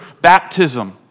baptism